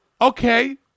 Okay